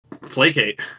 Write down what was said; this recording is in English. placate